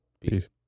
Peace